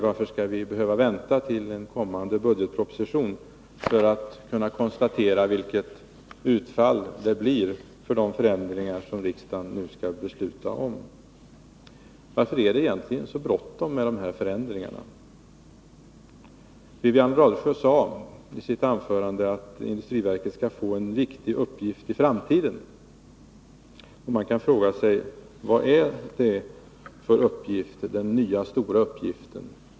Varför skall vi behöva vänta till kommande budgetproposition för att kunna konstatera vilket budgetutfall det blir av de förändringar som riksdagen nu skall besluta om? Varför är det egentligen så bråttom med dessa förändringar? Wivi-Anne Radesjö sade i sitt anförande att industriverket skall få en viktig uppgift i framtiden. Man kan fråga sig: Vad är det för uppgift, den nya stora uppgiften?